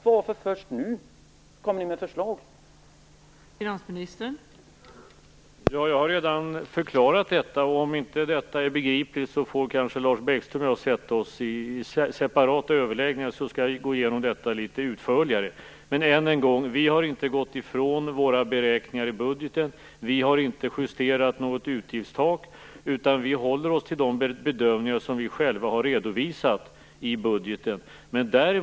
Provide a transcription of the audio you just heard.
Varför kommer ni med förslag först nu?